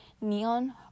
neon